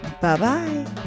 Bye-bye